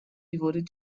devoted